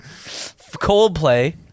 Coldplay